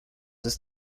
ist